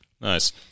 Nice